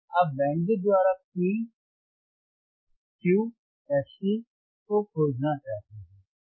आप बैंडविड्थ द्वारा Q fC को खोजना चाहते हैं